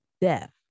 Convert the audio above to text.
death